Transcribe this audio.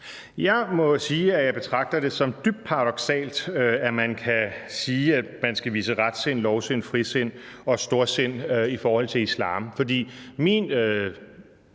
Jeg må sige, at jeg betragter det som dybt paradoksalt, at man kan sige, at man skal vise retsind, lovsind, frisind og storsind i forhold til islam.